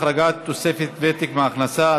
החרגת תוספת ותק מהכנסה),